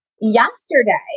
yesterday